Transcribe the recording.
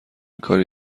کاری